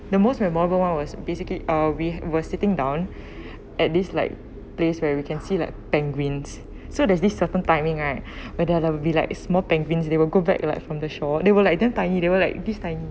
the most memorable [one] was basically uh we were sitting down at this like place where we can see like penguins so there's this certain timing right where there will be like small penguins they will go back like from the shore they were like that tiny they were like this tiny